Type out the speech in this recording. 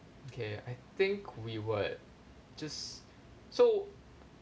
okay I think we would just so